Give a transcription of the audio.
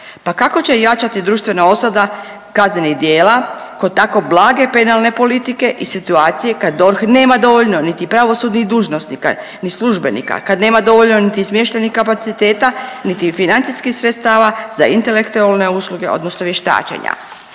Pa kako će jačati društvena osuda kaznenih djela kod tako blage penalne politike i situacije kad DORH nema dovoljno niti pravosudnih dužnosnika, ni službenika, kad nema dovoljno niti smještajnih kapaciteta, niti financijskih sredstava za intelektualne usluge odnosno vještačenja.